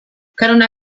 kanona